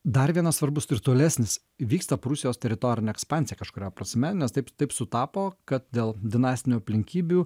dar vienas svarbus ir tolesnis vyksta prūsijos teritorinė ekspansija kažkuria prasme nes taip taip sutapo kad dėl dinastinių aplinkybių